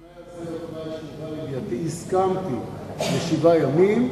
כאשר הדבר הובא לידיעתי, הסכמתי לשבעה ימים.